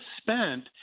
spent